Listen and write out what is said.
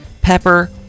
pepper